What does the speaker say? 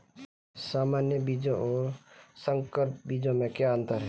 सामान्य बीजों और संकर बीजों में क्या अंतर है?